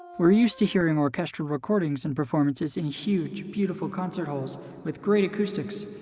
we're used to hearing orchestral recordings and performances in huge, beautiful concert halls with great acoustics,